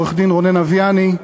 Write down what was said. עורך-הדין רונן אביאני,